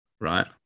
Right